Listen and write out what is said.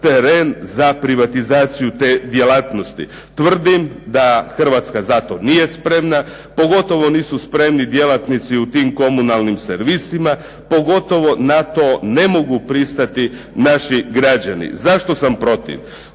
teren za privatizaciju te djelatnosti. Tvrdim da Hrvatska za to nije spremna. Pogotovo nisu spremni ti djelatnici u komunalnim servisima, pogotovo na to ne mogu pristati naši građani. Zašto sam protiv?